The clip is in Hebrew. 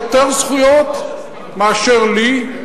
יש יותר זכויות מאשר לי,